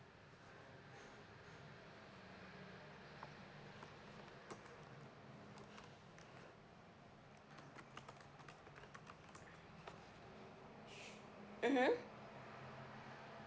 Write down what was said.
mmhmm